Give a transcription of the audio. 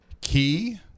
key